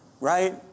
right